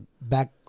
back